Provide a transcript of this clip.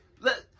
let